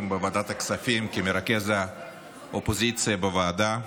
בוועדת הכספים כמרכז האופוזיציה בוועדה,